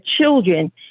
children